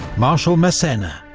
marshal massena